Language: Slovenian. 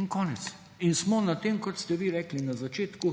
in konec. In smo na tem, kot ste vi rekli, na začetku